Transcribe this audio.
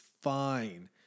fine